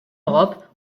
europe